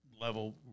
level